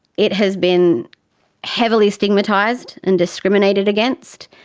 it has been heavily stigmatised and discriminated against.